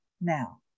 now